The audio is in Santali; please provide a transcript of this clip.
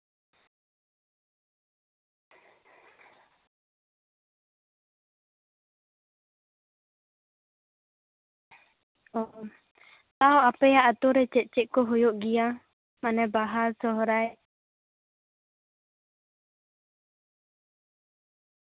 ᱚ ᱛᱟᱣ ᱟᱯᱮᱭᱟᱜ ᱟᱛᱳ ᱨᱮ ᱪᱮᱫ ᱪᱮᱫ ᱠᱚ ᱦᱩᱭᱩᱜ ᱜᱮᱭᱟ ᱢᱟᱱᱮ ᱵᱟᱦᱟ ᱥᱚᱨᱦᱟᱭ